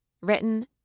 Written